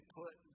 put